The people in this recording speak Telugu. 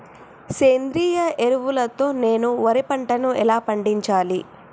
సేంద్రీయ ఎరువుల తో నేను వరి పంటను ఎలా పండించాలి?